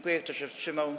Kto się wstrzymał?